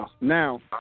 Now